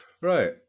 Right